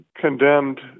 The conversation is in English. condemned